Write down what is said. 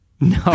No